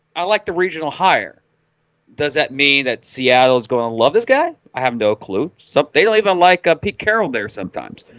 i like the regional higher does that mean that seattle's gonna love this guy? i have no clue some they'll even like a pete carroll there sometimes